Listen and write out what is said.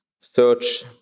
search